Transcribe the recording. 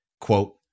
Quote